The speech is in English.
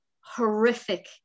horrific